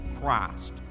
Christ